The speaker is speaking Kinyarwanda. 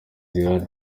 zihari